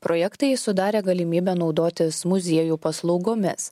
projektai sudarė galimybę naudotis muziejų paslaugomis